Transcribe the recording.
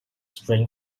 string